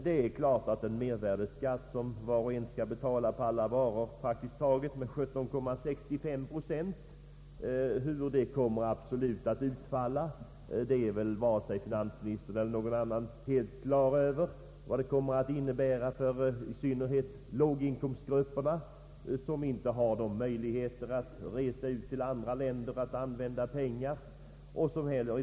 Vilket utfall ger en mervärdeskatt på 17,65 procent, som var och en skall betala på alla varor? Varken finansministern eller någon annan är på det klara med vad detta kommer att innebära i synnerhet för låginkomstgrupperna, som ju inte har särskilt stora möjligheter att resa till andra länder för att handla.